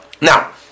Now